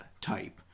type